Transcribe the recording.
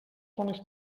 zones